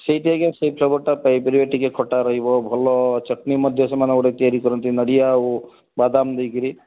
ସେଇଠି ଆଜ୍ଞା ସେଇ ଫ୍ଲେଭରଟା ପାଇପାରିବା ଟିକିଏ ଖଟା ରହିବ ଭଲ ଚଟଣି ମଧ୍ୟ ସେମାନେ ଗୋଟେ ତିଆରି କରନ୍ତି ନଡ଼ିଆ ଆଉ ବାଦାମ ଦେଇକରି